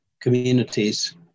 communities